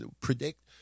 predict